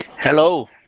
Hello